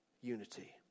Unity